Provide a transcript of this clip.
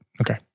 Okay